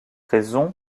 raison